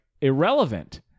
irrelevant